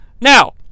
Now